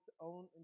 own